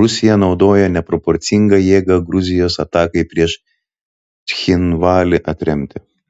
rusija naudojo neproporcingą jėgą gruzijos atakai prieš cchinvalį atremti